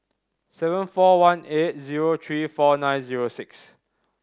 seven four one eight zero three four nine zero six